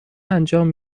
انجام